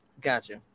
gotcha